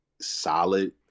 solid